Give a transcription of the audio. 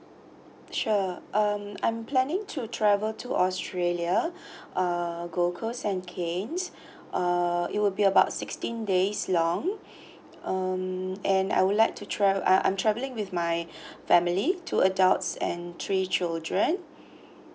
sure um I'm planning to travel to australia uh gold coast and uh it will be about sixteen days long um and I would like to travel uh I'm travelling with my family two adults and three children